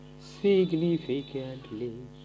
significantly